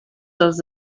als